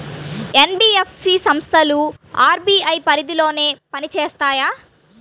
NBFC సంస్థలు RBI పరిధిలోనే పని చేస్తాయా?